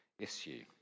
issue